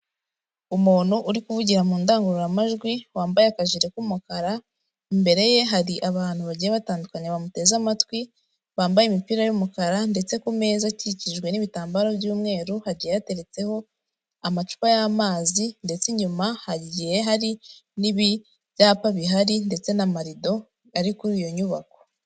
Umuntu uri kuvugira mu ndangururamajwi wambaye akajire k'umukara, imbere ye hari abantu bagiye batandukanya bamuteze amatwi, bambaye imipira y'umukara ndetse ku meza akikijwe n'ibitambaro by'umweru hagiye Hateretseho amacupa y'amazi ndetse inyuma hagiye hari ibyapa bihari ndetse n'amarido ari kuri iyo nyubako.